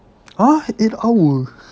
!huh! eight hour